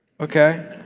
Okay